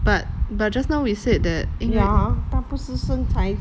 ya 他不是身材